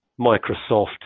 microsoft